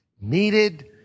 needed